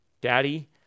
Daddy